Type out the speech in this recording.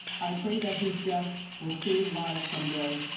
i pray that his death will save lives some day.